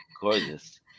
Gorgeous